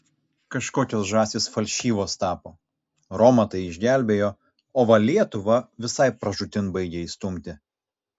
kažkokios žąsys falšyvos tapo romą tai išgelbėjo o va lietuvą visai pražūtin baigia įstumti